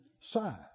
side